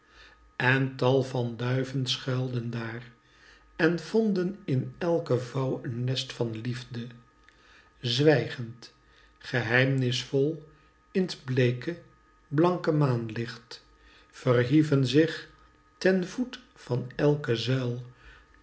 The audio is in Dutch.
en tal van duiven schuilden daar en vonden in elke vouw een nest van liefde zwijgend geheimnisvol in t bleeke blanke maanlicht verhieven zich ten voet van elke zuij